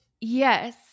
Yes